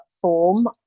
form